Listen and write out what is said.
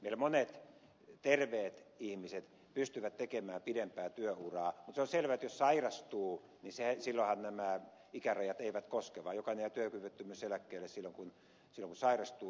meillä monet terveet ihmiset pystyvät tekemään pidempää työuraa mutta se on selvää että jos sairastuu silloinhan nämä ikärajat eivät koske vaan jokainen jää työkyvyttömyyseläkkeelle silloin kun sairastuu